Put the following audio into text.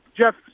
Jeff